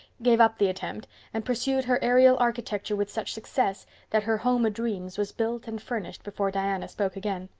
gave up the attempt and pursued her aerial architecture with such success that her home o'dreams was built and furnished before diana spoke again.